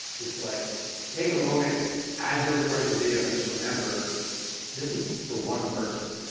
is like take a moment as you're recording the video and just remember this is for one person.